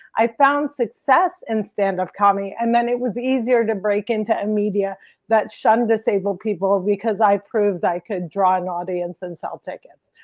i found success in standup comedy, and then it was easier to break into a media that shunned disabled people because i proved i could draw an audience and sell tickets.